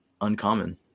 uncommon